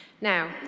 Now